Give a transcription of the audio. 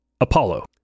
Apollo